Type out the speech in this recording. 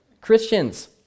Christians